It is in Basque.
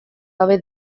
gabe